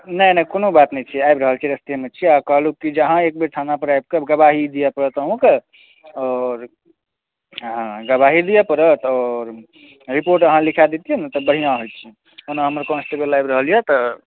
नहि नहि कोनो बात नहि छै आबि रहल छी रस्तेमे छिए आ कहलहुँ की जे अहाँके एकबेर थानापर आबिकऽ गवाही दिअ पड़त अहूँके आओर गवाही दिअ पड़त आओर रिपोर्ट अहाँ लिखा देतिए ने तब बढ़िआँ हेतिए ओना हमर कान्सटेबल आबि रहल अइ